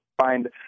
find